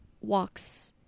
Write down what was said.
walks